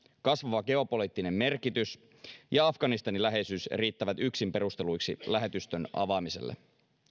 kasvava geopoliittinen merkitys ja afganistanin läheisyys riittävät yksin perusteluiksi lähetystön avaamiselle